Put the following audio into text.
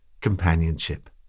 companionship